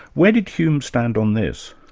where did hume stand on this?